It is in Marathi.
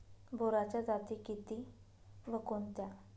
बोराच्या जाती किती व कोणत्या?